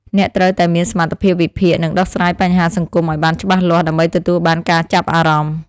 អ្នកត្រូវតែមានសមត្ថភាពវិភាគនិងដោះស្រាយបញ្ហាសង្គមឱ្យបានច្បាស់លាស់ដើម្បីទទួលបានការចាប់អារម្មណ៍។